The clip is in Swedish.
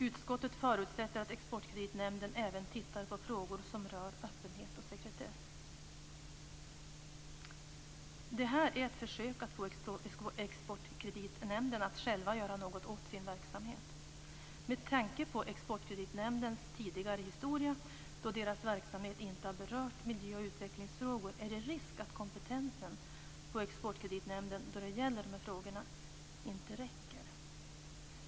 Utskottet förutsätter att Exportkreditnämnden även tittar på frågor som rör öppenhet och sekretess. Det här är ett försök att få Exportkreditnämnden att själv göra något åt sin verksamhet. Med tanke på Exportkreditnämndens tidigare historia, då dess verksamhet inte har berört miljö och utvecklingsfrågor, är det risk att kompetensen hos Exportkreditnämnden i de här frågorna inte räcker.